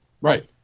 right